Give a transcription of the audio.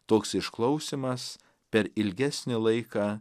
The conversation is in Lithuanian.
toks išklausymas per ilgesnį laiką